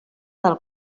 del